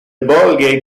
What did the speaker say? vulgate